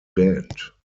band